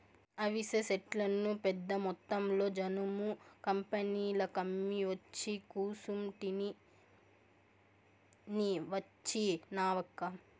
అవిసె సెట్లను పెద్దమొత్తంలో జనుము కంపెనీలకమ్మి ఒచ్చి కూసుంటిని నీ వచ్చినావక్కా